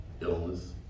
illness